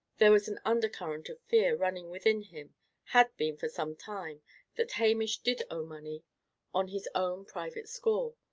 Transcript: there was an undercurrent of fear running within him had been for some time that hamish did owe money on his own private score.